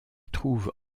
trouve